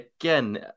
again